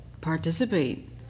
participate